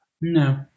no